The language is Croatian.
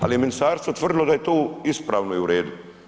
Ali je ministarstvo tvrdilo da je to ispravno i u redu.